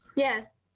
yes.